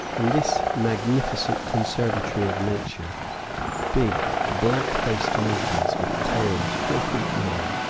in this magnificent conservatory of nature big, black-faced monkeys, with tails four feet long,